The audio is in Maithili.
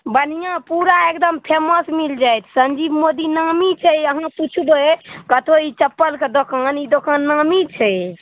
बढ़िऑं पूरा एकदम फेमस मिल जायत संजीव मोदी नामी छै अहाँ पूछबै कतौ ई चप्पलके दोकान ई दोकान नामी छै